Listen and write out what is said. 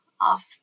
off